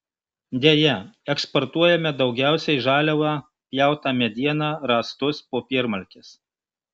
deja eksportuojame daugiausiai žaliavą pjautą medieną rąstus popiermalkes